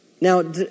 Now